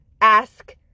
ask